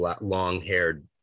long-haired